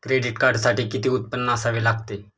Credit कार्डसाठी किती उत्पन्न असावे लागते?